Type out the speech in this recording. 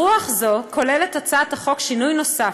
ברוח זו כוללת הצעת החוק שינוי נוסף,